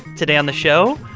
today on the show,